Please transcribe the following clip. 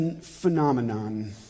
phenomenon